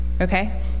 Okay